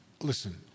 listen